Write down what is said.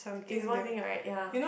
is one thing right ya